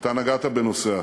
אתה נגעת בנושא אחר.